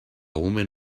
woman